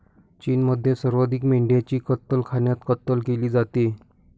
चीनमध्ये सर्वाधिक मेंढ्यांची कत्तलखान्यात कत्तल केली जाते